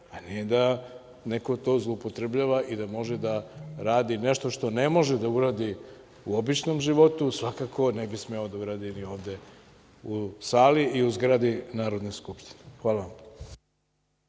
ali ne da neko to zloupotrebljava i da može da radi nešto što ne može da uradi u običnom životu, svakako ne bi smeo da uradi ni ovde u sali i u zgradi Narodne skupštine. Hvala vam.